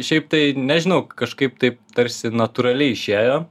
šiaip tai nežinau kažkaip taip tarsi natūraliai išėjo